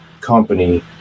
company